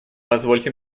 позвольте